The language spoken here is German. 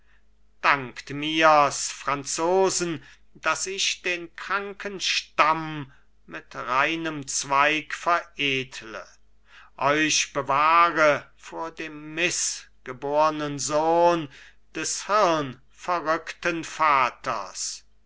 dankt mirs franzosen daß ich den kranken stamm mit reinem zweig veredle euch bewahre vor dem mißgebornen sohn des hirnverrückten vaters